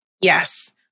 Yes